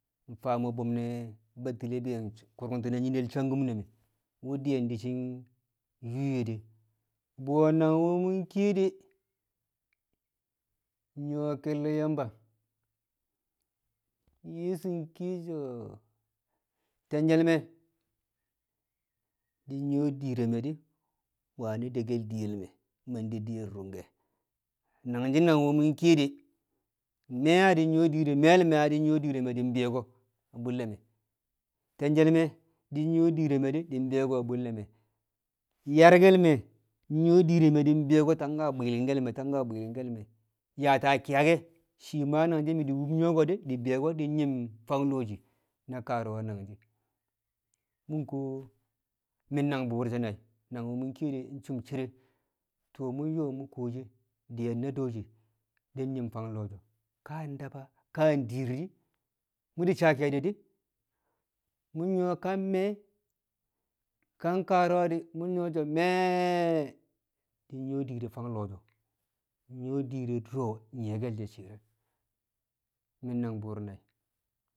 mfaam bu̱m ne̱ Batile di̱ kṵrti̱n a myi̱ne̱ shankṵm ne̱ me̱ wṵ di̱ye̱n di̱ shi̱ nyṵṵ de̱ bwi̱ye̱ nangwu̱ mu̱ kiye de̱ nnyṵwo̱ ke̱lle̱ Yamba Yeso kiye so̱ te̱nje̱l me̱ di̱ nyu̱wo̱ dir re̱ me̱ wanɪ de di̱ƴe̱l me̱, man de di̱ye̱l rṵngke̱ nangshi nangwṵ mṵ kiye de̱ me̱e̱ di̱ nyṵwo̱ dir re̱ me̱e̱l me̱ na di̱ nyṵwo̱ dir re̱ me̱ di̱ yang bi̱yo̱ko̱ a bṵlle̱ me̱ te̱nje̱l me̱ na di̱ nyu̱wo̱ dir re̱ me̱ di̱ bi̱yo̱ko̱ bu̱lle̱l me̱. yarke̱l me̱ nyṵwo̱ dir re̱ me̱ tangka bwi̱lɪngke̱l me̱, tangka bwi̱li̱ngke̱l me̱ yaata ki̱ye̱ke̱ shii ma nangshi̱ na mi̱ wṵm nyo̱ko̱ di̱ di̱ bi̱yo̱ko̱ di̱ nyi̱m fang lo̱o̱ shii na kaaru̱wa nangshi̱ mṵ kuwo mi̱ na̱ngbṵṵr nai̱ nangwṵ mṵ kiye de̱ cum cire tu̱u̱ ƴo̱o̱ kuwo she̱ di̱ye̱n na do̱o̱shi̱ di̱ nyi̱m fang lo̱o̱ sho̱ ka daba ka dir di̱ mṵ di̱ saa ke̱e̱di̱ di̱ mṵ nyṵwo̱ ka me̱e̱ ka kaaru̱wa di̱ mṵ nyuwo so̱ me̱ e̱ e̱ di̱ nyṵwo̱ dir re̱ fang lo̱o̱ sho̱ di̱ nyṵwo̱ dir re̱ dṵro̱ nyi̱ye̱ke̱l she̱ shi̱i̱r re̱. Mi̱ nangbṵṵr nai̱.